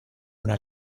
una